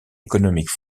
économique